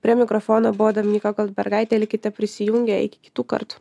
prie mikrofono buvo dominyka goldbergaitė likite prisijungę iki kitų kartų